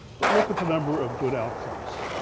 but look at the number of good outcomes,